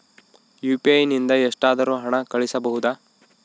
UPI ನಿಂದ ಎಷ್ಟಾದರೂ ಹಣ ಕಳಿಸಬಹುದಾ?